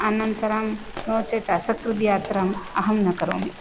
अनन्तरं नो चेत् असकृद्यात्राम् अहं न करोमि